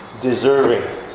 deserving